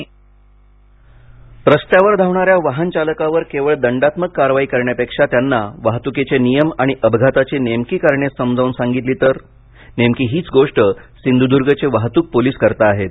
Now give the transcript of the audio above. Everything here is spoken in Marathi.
प्रबोधन रस्त्यावर धावणाऱ्या वाहन चालकावर केवळ दंडात्मक कारवाई करण्यापेक्षा त्यांना वाहतुकीचे नियम आणि अपघाताची नेमकी कारणे समजावून सांगितली तर नेमकी हीच गोष्ट सिंधुदुर्गचे वाहतूक पोलीस करताहेत